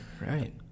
Right